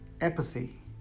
apathy